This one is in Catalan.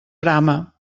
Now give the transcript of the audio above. brama